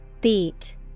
Beat